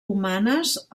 humanes